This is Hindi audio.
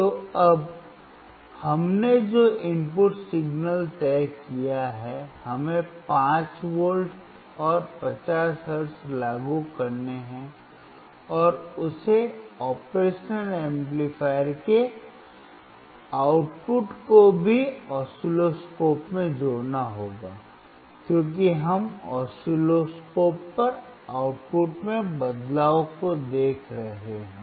तो अब हमने जो इनपुट सिग्नल तय किया है हमें 5V और 50 हर्ट्ज लागू करने हैं और उसे ऑपरेशनल एम्पलीफायर के आउटपुट को भी ऑसिलोस्कोप से जोड़ना होगा क्योंकि हम ऑसिलोस्कोप पर आउटपुट में बदलाव को देख रहे हैं